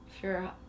Sure